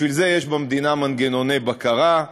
בשביל זה יש במדינה מנגנוני בקרה,